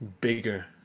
bigger